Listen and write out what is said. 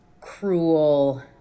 cruel